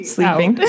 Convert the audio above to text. Sleeping